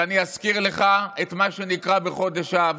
ואני אזכיר לך את מה שנקרא בחודש אב: